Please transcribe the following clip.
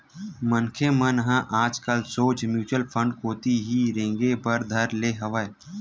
मनखे मन ह आजकल सोझ म्युचुअल फंड कोती ही रेंगे बर धर ले हवय